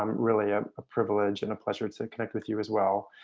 um really ah a privilege and a pleasure to connect with you as well.